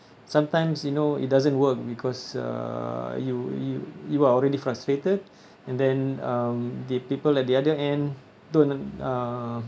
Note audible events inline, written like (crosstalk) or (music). sometimes you know it doesn't work because uh you you you are already frustrated (breath) and then um the people at the other end don't uh